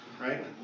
right